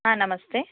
ಹಾಂ ನಮಸ್ತೆ